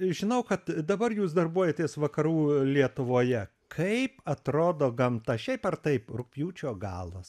žinau kad dabar jūs darbuojatės vakarų lietuvoje kaip atrodo gamta šiaip ar taip rugpjūčio galas